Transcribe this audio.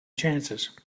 chances